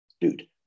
dude